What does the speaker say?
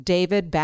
David